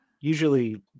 usually